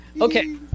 Okay